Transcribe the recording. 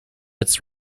its